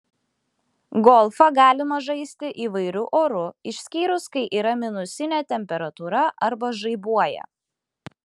golfą galima žaisti įvairiu oru išskyrus kai yra minusinė temperatūra arba žaibuoja